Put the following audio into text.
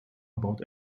about